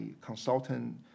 consultant